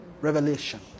revelation